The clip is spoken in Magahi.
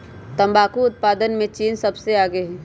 तंबाकू उत्पादन में चीन सबसे आगे हई